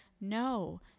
No